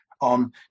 on